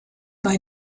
bei